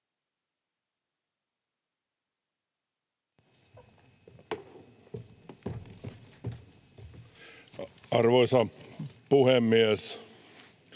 Arvoisa puhemies!